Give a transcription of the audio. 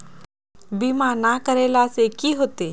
बीमा ना करेला से की होते?